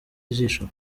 ijisho